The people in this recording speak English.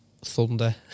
thunder